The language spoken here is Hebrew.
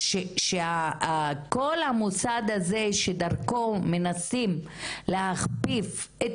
שכל המוסד הזה שדרכו מנסים להכפיף את